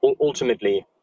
ultimately